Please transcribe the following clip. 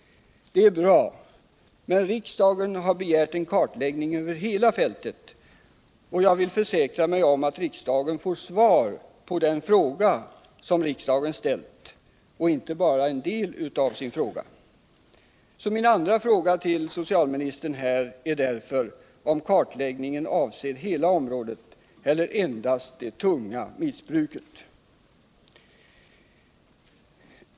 Det är bra, men riksdagen har begärt en kartläggning över hela fältet, och jag vill försäkra mig om att riksdagen får svar på den fråga den ställt och inte bara en del av den. Min andra fråga till socialministern är därför, om kartläggningen avser hela området eller endast det tunga missbruket.